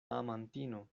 amantino